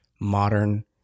modern